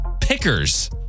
pickers